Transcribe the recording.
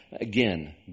Again